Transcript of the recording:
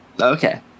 Okay